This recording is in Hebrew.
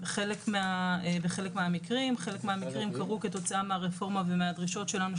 וחלק מהמקרים קרו כתוצאה מהרפורמה ומהדרישות שלנו,